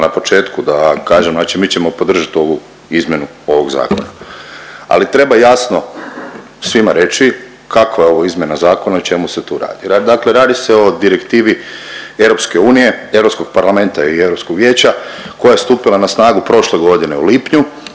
na početku da kažem znači mi ćemo podržat ovu izmjenu ovog zakona, ali treba jasno svima reći kakva je ovo izmjena zakona i o čemu se tu radi. Dakle, radi se o Direktivi EU Europskog parlamenta i Europskog vijeća koja je stupila na snagu prošle godine u lipnju